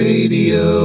Radio